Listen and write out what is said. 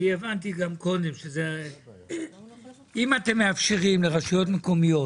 אם אתם מאפשרים לרשויות מקומיות